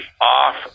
off